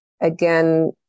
again